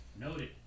Noted